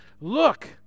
look